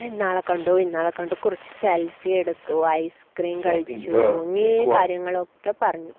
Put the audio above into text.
ഇന്നയാളെ കണ്ടു ഇന്നയാളെ കണ്ടു കുറച്ച് സെൽഫി എടുത്തു ഐസ്ക്രീം കഴിച്ചു ഇങേ കാര്യങ്ങളൊക്കെ പറഞ്ഞു